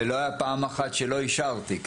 ולא הייתה פעם אחת שלא אישרתי.